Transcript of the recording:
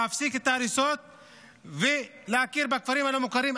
להפסיק את ההריסות ולהכיר בכפרים הלא-מוכרים,